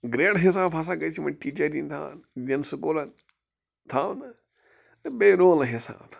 گریٚڈٕ حِساب ہسا گَژھِ یِمن ٹیٖچَر یِن تھاونہٕ دیٚن سکوٗلن تھاونہٕ تہٕ بیٚیہِ رولہٕ حِساب